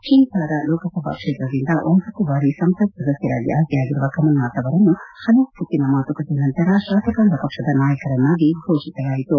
ಛಿಂದ್ವಾರಾ ಲೋಕಸಭಾ ಕ್ಷೇತ್ರದಿಂದ ಒಂಭತ್ತು ಬಾರಿ ಸಂಸತ್ ಸದಸ್ಯರಾಗಿ ಆಯ್ಕೆಯಾಗಿರುವ ಕಮಲ್ನಾಥ್ ಅವರನ್ನು ಹಲವು ಸುತ್ತಿನ ಮಾತುಕತೆ ನಂತರ ಶಾಸಕಾಂಗ ಪಕ್ಷದ ನಾಯಕರನ್ನಾಗಿ ಘೋಷಿಸಲಾಯಿತು